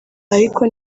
ariko